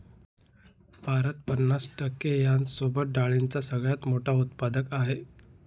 भारत पन्नास टक्के यांसोबत डाळींचा सगळ्यात मोठा उत्पादक आहे